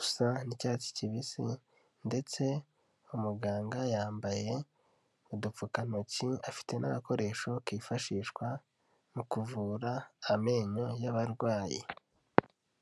usa n'icyatsi kibisi, ndetse umuganga yambaye udupfukantoki, afite n'agakoresho kifashishwa mu kuvura amenyo y'abarwayi.